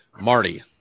Marty